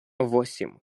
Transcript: восемь